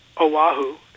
Oahu